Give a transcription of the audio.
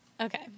okay